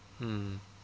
mm